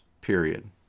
period